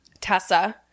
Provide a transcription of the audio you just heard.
Tessa